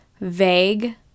vague